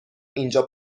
اینجا